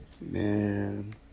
Man